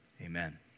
amen